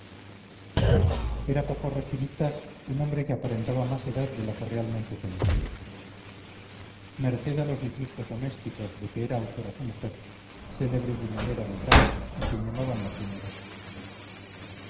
era pacorro chinitas un hombre que aparentaba más de edad de la que realmente tenía merced a los disgustos domésticos de que era autora su mujer célebre buñolera del rastro a quien llamaban la primorosa